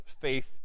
faith